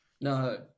No